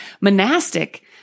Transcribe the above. Monastic